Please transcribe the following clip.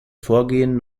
vorgehen